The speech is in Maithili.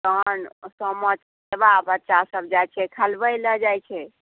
तहन सामा चकेवा बच्चा सभ जाइ छै खेलऽ जाइ छै